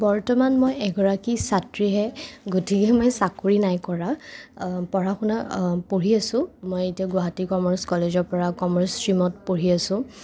বৰ্তমান মই এগৰাকী ছাত্ৰীহে গতিকে মই চাকৰি নাই কৰা পঢ়া শুনা পঢ়ি আছোঁ মই এতিয়া গুৱাহাটী কমাৰ্চ কলেজৰ পৰা কমাৰ্চ ষ্ট্ৰীমত পঢ়ি আছোঁ